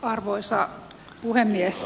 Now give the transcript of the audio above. arvoisa puhemies